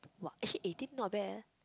!wah! actually eighteen not bad eh